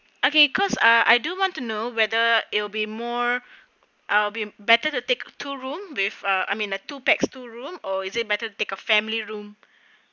okay cause I do want to know whether it'll be more I'll be better to take two room with uh I mean uh two pax two room or is it better to take a family room